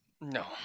No